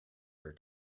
her